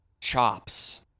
chops